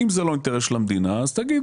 אם זה לא אינטרס של המדינה אז תגיד,